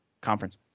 conference